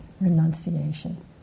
renunciation